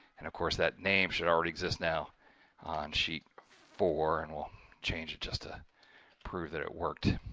and of course that name should already exist. now on sheet four and will change it just to prove that it worked.